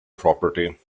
property